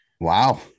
Wow